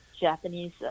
Japanese